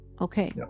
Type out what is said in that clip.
okay